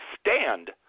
stand